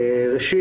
ראשית,